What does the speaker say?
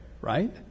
right